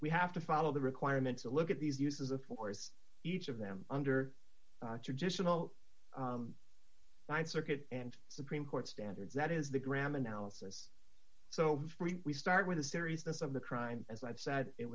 we have to follow the requirement to look at these uses of force each of them under traditional th circuit and supreme court standards that is the graham analysis so we start with the seriousness of the crime as i've said it